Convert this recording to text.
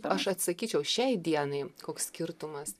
aš atsakyčiau šiai dienai koks skirtumas